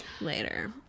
later